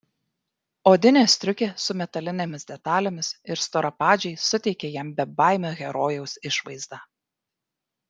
odinė striukė su metalinėmis detalėmis ir storapadžiai suteikė jam bebaimio herojaus išvaizdą